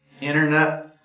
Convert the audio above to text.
internet